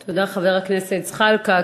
תודה, חבר הכנסת זחאלקה.